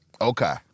Okay